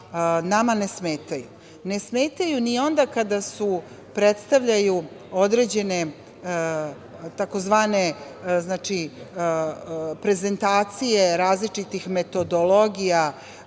nama ne smetaju. Ne smetaju ni onda kada predstavljaju određene tzv. prezentacije različitih metodologija,